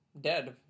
dead